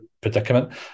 predicament